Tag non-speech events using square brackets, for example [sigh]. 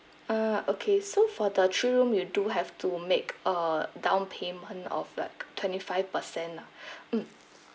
ah okay so for the three room you do have to make a down payment of like twenty five percent lah [breath] mm